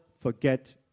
Forget